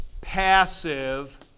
passive